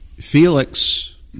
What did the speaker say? Felix